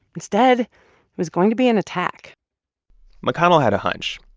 instead, it was going to be an attack mcconnell had a hunch.